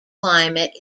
climate